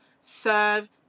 serve